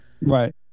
Right